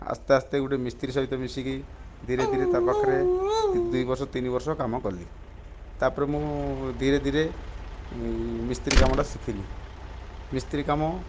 ଆସ୍ତେ ଆସ୍ତେ ଗୋଟିଏ ମିସ୍ତ୍ରୀ ସହିତ ମିଶିକି ଧୀରେ ଧୀରେ ତା ପାଖରେ ଦୁଇ ବର୍ଷ ତିନି ବର୍ଷ କାମ କଲି ତା'ପରେ ମୁଁ ଧୀରେ ଧୀରେ ମିସ୍ତ୍ରୀ କାମଟା ଶିଖିଲି ମିସ୍ତ୍ରୀ କାମ